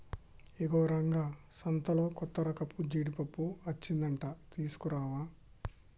ఇగో రంగా సంతలో కొత్తరకపు జీడిపప్పు అచ్చిందంట తీసుకురావా